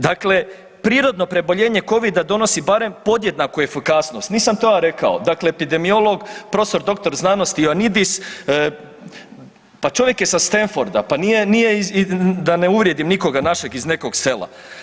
Dakle, prirodno preboljenje covida donosi barem podjednaku efikasnost, nisam to ja rekao, dakle epidemiolog prof. dr. znanosti Ioannidis, pa čovjek je sa Stanforda, pa nije, nije, da ne uvrijedim nikoga našeg iz nekog sela.